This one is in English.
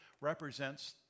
represents